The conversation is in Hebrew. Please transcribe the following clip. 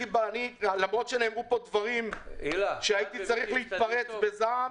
למרות שנאמרו פה דברים שהייתי צריך להתפרץ בזעם,